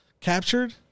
captured